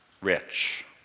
rich